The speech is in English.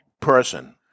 person